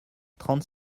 trente